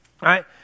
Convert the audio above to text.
Right